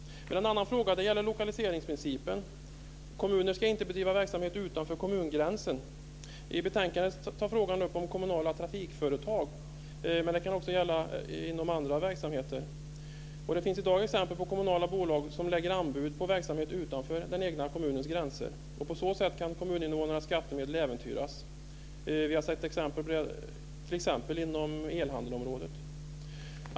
En annan fråga gäller lokaliseringsprincipen. Kommuner ska inte bedriva verksamhet utanför kommungränsen. I betänkandet tas frågan upp om kommunala trafikföretag, men det kan också gälla andra verksamheter. Det finns i dag exempel på kommunala bolag som lägger anbud på verksamhet utanför den egna kommunens gränser. På så sätt kan kommuninvånarnas skattemedel äventyras. Vi har sett exempel inom elhandelsområdet.